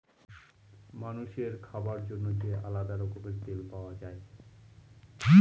মানুষের খাবার জন্য যে আলাদা রকমের তেল পাওয়া যায়